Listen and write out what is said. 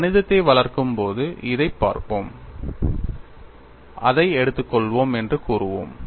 கணிதத்தை வளர்க்கும் போது இதைப் பார்ப்போம் அதை எடுத்துக்கொள்வோம் என்று கூறுவோம்